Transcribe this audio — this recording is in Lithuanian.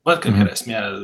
vat kame yra esmė